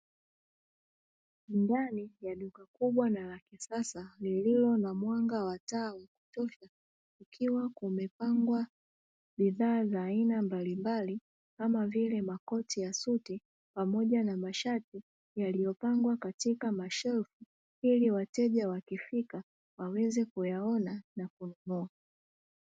Ndani ya duka kubwa na la kisasa lililo na mwanga wa taa wa kutosha, kukiwa kumepangwa bidhaa za aina mbalimbali kama vile makoti ya suti pamoja na mashati yaliyopangwa katika mashelfu ili wateja wakifika waweze kuyaona na kununua.